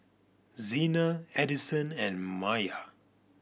Xena Edison and Maiya